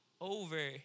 over